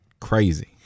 crazy